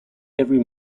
every